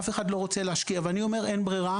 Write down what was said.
אף אחד לא רוצה להשקיע, ואני אומר, אין ברירה.